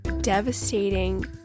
devastating